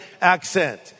accent